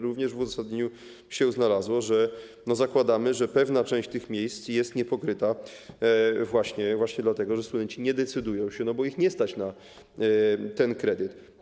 Również w uzasadnieniu się znalazło, że zakładamy, że pewna część tych miejsc jest niepokryta właśnie dlatego, że studenci nie decydują się, bo nie stać ich na ten kredyt.